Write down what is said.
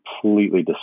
completely